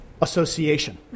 Association